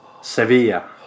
Sevilla